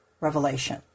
revelation